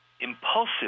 impulsive